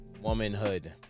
womanhood